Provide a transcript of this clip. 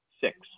six